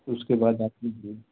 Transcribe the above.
उसके बाद आप लीजिए